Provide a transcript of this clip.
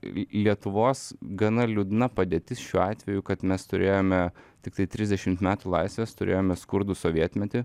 lietuvos gana liūdna padėtis šiuo atveju kad mes turėjome tiktai trisdešimt metų laisvės turėjome skurdų sovietmetį